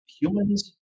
humans